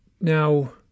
Now